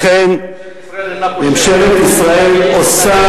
לכן, ממשלת ישראל אינה,